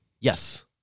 Yes